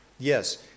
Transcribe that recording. Yes